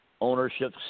ownership